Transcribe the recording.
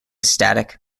static